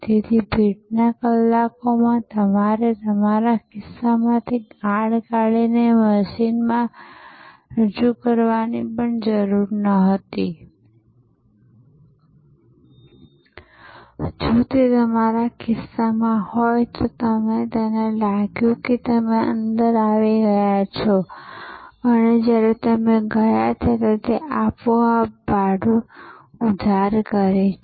તેથી ભીડના કલાકોમાં તમારે તમારા ખિસ્સામાંથી કાર્ડ કાઢીને મશીનમાં રજૂ કરવાની પણ જરૂર ન હતી જો તે તમારા ખિસ્સામાં હોય તો તેને લાગ્યું કે તમે અંદર આવી ગયા છો અને જ્યારે તમે ગયા હતા તે આપોઆપ ભાડું ઉધાર કરે છે